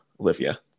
Olivia